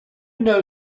know